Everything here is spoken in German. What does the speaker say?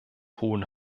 hohen